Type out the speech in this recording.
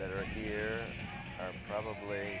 that are here probably